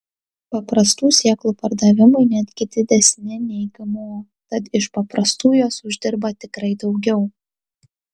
paprastų sėklų pardavimai netgi didesni nei gmo tad iš paprastų jos uždirba tikrai daugiau